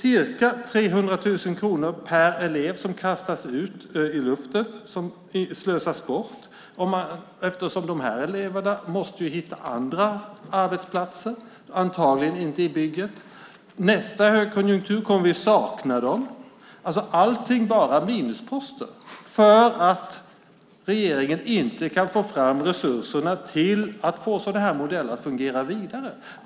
Ca 300 000 kronor per elev kastas ut i tomma luften, slösas bort, eftersom de här eleverna måste hitta andra arbetsplatser, antagligen inte byggarbetsplatser. Under nästa högkonjunktur kommer vi att sakna de här ungdomarna. Allt är alltså bara minusposter - detta därför att regeringen inte kan få fram resurser till att få sådana här modeller att fungera vidare.